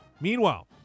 Meanwhile